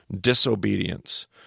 disobedience